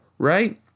Right